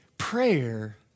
Prayer